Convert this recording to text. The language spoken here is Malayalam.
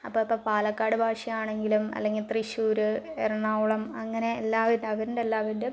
അപ്പം ഇപ്പോൾ പാലക്കാട് ഭാഷയാണെങ്കിലും അല്ലെങ്കിൽ തൃശ്ശൂര് എറണാകുളം അങ്ങനെ എല്ലാവിധ അവരിണ്ടല്ലോ